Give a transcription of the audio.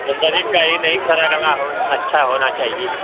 number एक कहीं नहीं सड़ा गला हो अच्छा होना चाहिए